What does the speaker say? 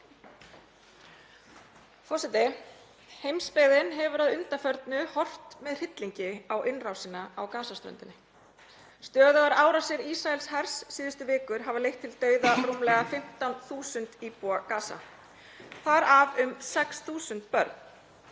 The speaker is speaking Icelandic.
Forseti. Heimsbyggðin hefur að undanförnu horft með hryllingi á innrásina á Gaza-ströndinni. Stöðugar árásir Ísraelshers síðustu vikur hafa leitt til dauða um rúmlega 15.000 íbúa Gaza, þar af um 6.000 barna.